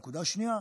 נקודה שנייה,